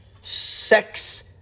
sex